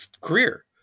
career